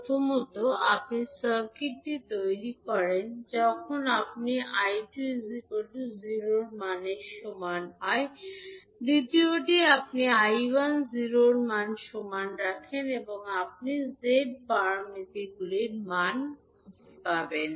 প্রথমত আপনি সার্কিটটি তৈরি করেন যখন আপনি I2 0 এর সমান হয় দ্বিতীয়তে আপনি I1 0 এর সমান রাখেন এবং আপনি Z প্যারামিটারগুলির মান খুঁজে পাবেন